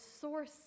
source